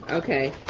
okay.